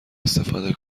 استفاده